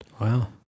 Wow